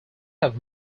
have